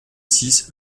six